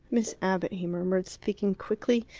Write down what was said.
miss abbott, he murmured, speaking quickly,